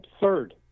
Absurd